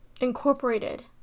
incorporated